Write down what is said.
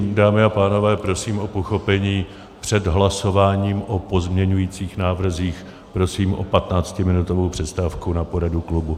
Dámy a pánové, prosím o pochopení, před hlasováním o pozměňovacích návrzích prosím o patnáctiminutovou přestávku na poradu klubu.